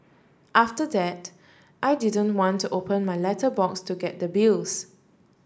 after that I didn't want to open my letterbox to get the bills